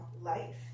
life